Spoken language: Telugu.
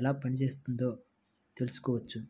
ఎలా పనిచేస్తోందో తెలుసుకోవచ్చు